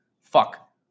Fuck